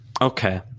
Okay